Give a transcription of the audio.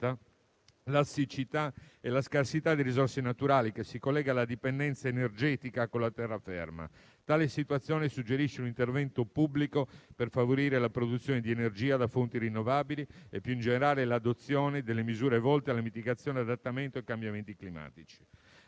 la siccità e la scarsità di risorse naturali, che si collega alla dipendenza energetica con la terraferma. Tale situazione suggerisce un intervento pubblico per favorire la produzione di energia da fonti rinnovabili e, più in generale, l'adozione delle misure volte alla mitigazione e all'adattamento ai cambiamenti climatici.